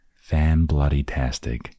Fan-bloody-tastic